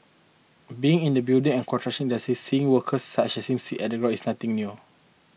being in the building and construction industry seeing workers such as him sit on the ground is nothing new